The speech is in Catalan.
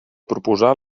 proposar